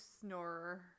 snorer